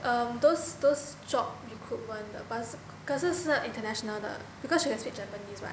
um those those job recruitment 的 but 是可是是 international 的 because she can speak japanese [what]